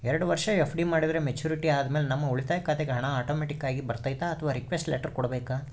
ಎರಡು ವರುಷ ಎಫ್.ಡಿ ಮಾಡಿದರೆ ಮೆಚ್ಯೂರಿಟಿ ಆದಮೇಲೆ ನಮ್ಮ ಉಳಿತಾಯ ಖಾತೆಗೆ ಹಣ ಆಟೋಮ್ಯಾಟಿಕ್ ಆಗಿ ಬರ್ತೈತಾ ಅಥವಾ ರಿಕ್ವೆಸ್ಟ್ ಲೆಟರ್ ಕೊಡಬೇಕಾ?